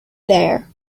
there